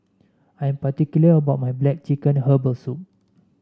I am particular about my black chicken Herbal Soup